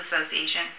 Association